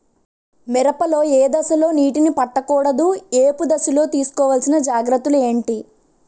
మిరప లో ఏ దశలో నీటినీ పట్టకూడదు? ఏపు దశలో తీసుకోవాల్సిన జాగ్రత్తలు ఏంటి?